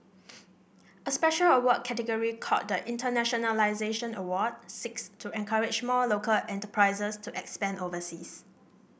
a special award category called the Internationalisation Award seeks to encourage more local enterprises to expand overseas